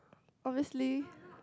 obviously